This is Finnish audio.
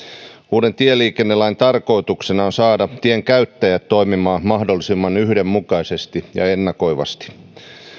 uuden tieliikennelain tarkoituksena on saada tien käyttäjät toimimaan mahdollisimman yhdenmukaisesti ja ennakoivasti